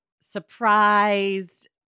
surprised